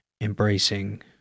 embracing